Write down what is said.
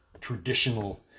traditional